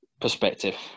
perspective